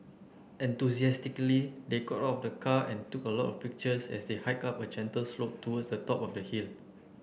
enthusiastically they got out of the car and took a lot of pictures as they hiked up a gentle slope towards the top of the hill